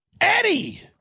Eddie